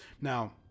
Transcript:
Now